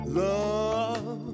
love